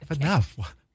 enough